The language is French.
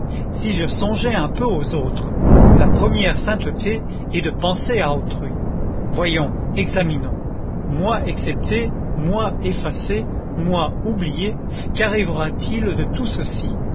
si je songeais un peu aux autres la première sainteté est de penser à autrui voyons examinons moi excepté moi effacé moi oublié qu'arrivera-t-il de tout ceci